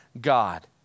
God